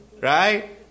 Right